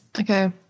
Okay